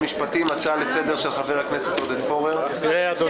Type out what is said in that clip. הצעה לסדר של חבר הכנסת עודד פורר תודה רבה